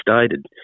stated